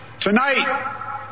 Tonight